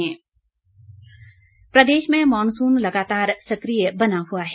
मौसम प्रदेश में मॉनसून लगातार सक्रिय बना हुआ है